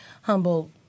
humble